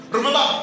Remember